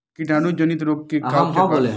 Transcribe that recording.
कीटाणु जनित रोग के का उपचार बा?